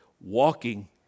walking